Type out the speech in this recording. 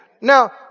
Now